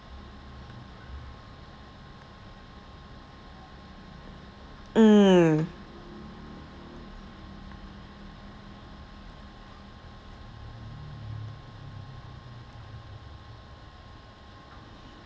mm